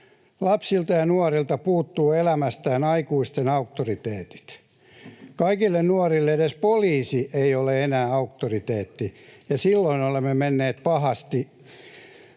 Lapsilta ja nuorilta puuttuvat elämästään aikuisten auktoriteetit. Kaikille nuorille edes poliisi ei ole enää auktoriteetti, ja silloin olemme menneet pahasti